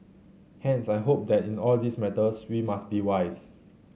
hence I hope that in all these matters we must be wise